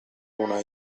una